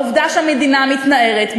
העובדה היא שהמדינה מתנערת,